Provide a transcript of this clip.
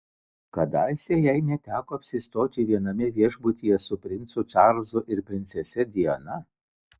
kadaise jai net teko apsistoti viename viešbutyje su princu čarlzu ir princese diana